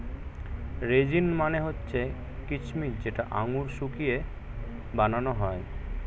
raisin মানে হচ্ছে কিচমিচ যেটা আঙুর শুকিয়ে বানানো হয়